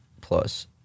plus